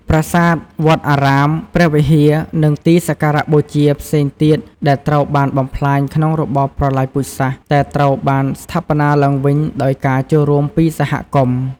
ប្រាសាទ វត្តអារាម ព្រះវិហារ និងទីសក្ការៈបូជាផ្សេងទៀតដែលត្រូវបានបំផ្លាញក្នុងរបបប្រល័យពូជសាសន៍ តែត្រូវបានស្ថាបនាឡើងវិញដោយការចូលរួមពីសហគមន៍។